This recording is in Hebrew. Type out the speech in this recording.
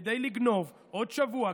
כדי לגנוב עוד שבוע,